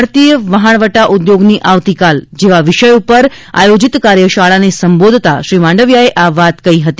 ભારતીય વહાણવટા ઉદ્યોગની આવતીકાલ જેવા વિષય ઉપર આયોજિત કાર્યશાળાને સંબોધતા શ્રી માંડવીયાએ આ વાત કહી હતી